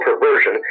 perversion